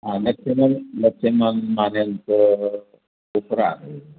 हां लक्ष्मण लक्ष्मण मान्यांचं उपरा आहे